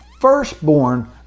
firstborn